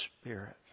spirit